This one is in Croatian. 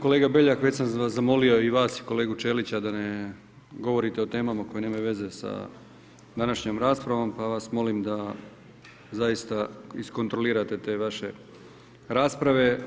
Kolega Beljak već sam zamolio i vas i kolegu Ćelića da ne govorite o temama koje nemaju veze sa današnjom raspravom pa vas molim da zaista iskontrolirate te vaše rasprave.